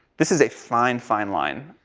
this is a fine, fine line.